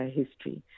history